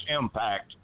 impact